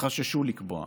חששו לקבוע,